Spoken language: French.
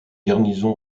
garnison